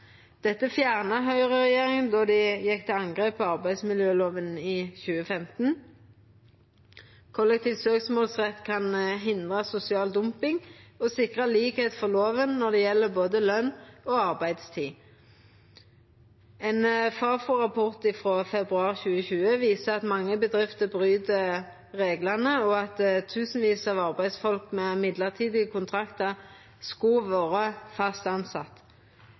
Dette fjerna høgreregjeringa då dei gjekk til angrep på arbeidsmiljølova i 2015. Kollektiv søksmålsrett kan hindra sosial dumping og sikra likskap for lova når det gjeld både løn og arbeidstid. Ein Fafo-rapport frå februar 2020 viser at mange bedrifter bryt reglane, og at tusenvis av arbeidsfolk med mellombelse kontraktar skulle ha vore fast